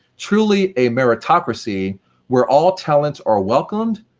truly a meritocracy where all talents are welcomed,